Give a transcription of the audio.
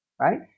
Right